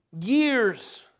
years